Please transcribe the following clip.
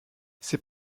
ces